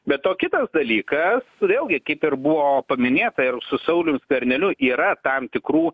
be to kitas dalykas vėlgi kaip ir buvo paminėta ir su saulium skverneliu yra tam tikrų